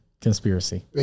Conspiracy